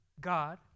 God